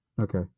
Okay